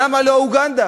למה לא אוגנדה?